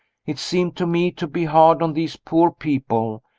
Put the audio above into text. it seemed to me to be hard on these poor people,